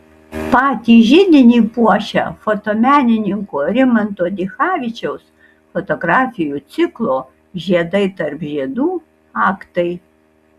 patį židinį puošia fotomenininko rimanto dichavičiaus fotografijų ciklo žiedai tarp žiedų aktai